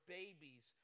babies